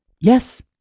yes